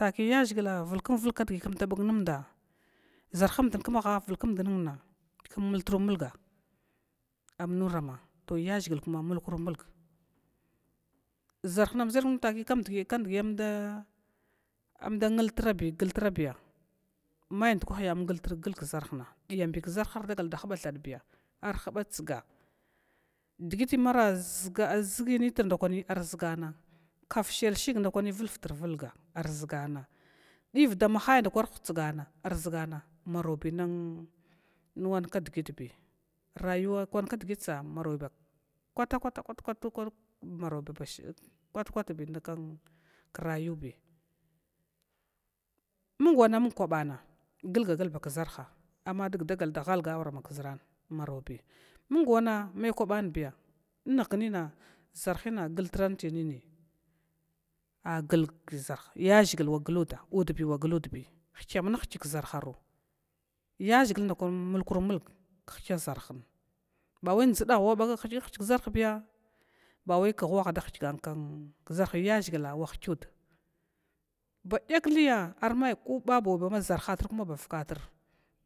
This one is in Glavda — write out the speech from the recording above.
Taki yaʒhigla vulkwnd vulga kdgi kmda bag nmda ʒarham aha vulkmd nuna km muthru mulga, am nurama to ya ʒhigla kuma mulkurumulg, to ʒrh amn ʒhargnu nura taki kandki glatrabi mai dukwa ya am da glatravi mai amda gla traglga kʒarhan diyam bi, kʒar daga da huba thabiya arhuba tsga dgiti mar ʒgai ntr dako ar ʒgana kaf shiyal shig dako vivtrvlga ar ʒgana dva maha nda arhutsga arʒana marobi wawan kdgitbi, rayuwa kwan kdgit tsa marobiya kwata kwata kwata marobi ba kwata kwabi krayubi mung wana mun kwabana glagla kʒarha, amma dgdagal da halga awarama mʒran marobi wanbi mung wan mai kwabanbi nnhgnina glatra ti nini aglakʒarn yaʒhig wa gluda uabi wa glubi hikyamna hkud kʒarharu ya ʒhig da kwa mulkuru mulg hikya ʒarha ba wa dʒdah wa hikni hrkyio kʒarh biya bawa kh wahada biyaʒhigi wahikyud badek liya armay kobabau bama kuma bavak tir,